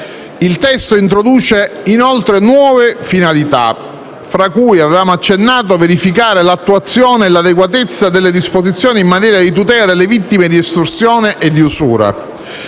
Il testo introduce inoltre nuove finalità, fra cui verificare l'attuazione e l'adeguatezza delle disposizioni in materia di tutela delle vittime di estorsione ed usura,